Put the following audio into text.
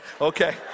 Okay